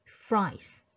fries